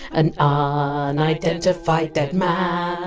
an ah unidentified dead man